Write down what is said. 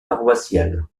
paroissiale